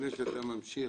לפני שאתה ממשיך,